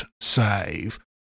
save